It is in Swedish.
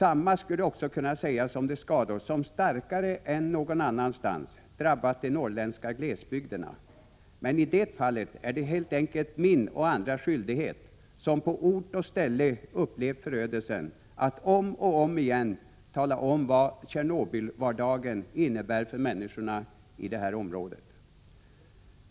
Samma skulle också kunna sägas om de skador som starkare än någon annanstans drabbat den norrländska glesbygden. Men i det fallet är det helt enkelt en skyldighet för mig och andra som på ort och ställe har upplevt förödelsen att om och om igen tala om vad ”Tjernobylvardagen” innebär för människorna i det här området.